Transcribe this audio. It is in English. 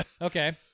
Okay